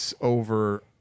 over